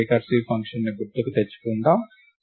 recursive ఫంక్షన్ని గుర్తుకు తెచ్చుకుందాం